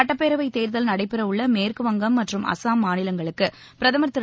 சட்டப்பேரவைத் தேர்தல் நடைபெறவுள்ள மேற்குவங்கம் மற்றும் அஸ்ஸாம் மாநிலங்களுக்கு பிரதமர் திரு